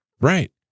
right